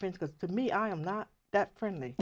friends because to me i am not that friendly